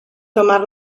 tomar